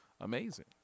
amazing